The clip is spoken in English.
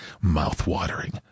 Mouth-watering